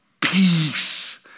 peace